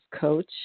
coach